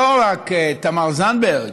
לא רק תמר זנדברג,